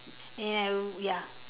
and ya